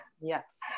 yes